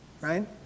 right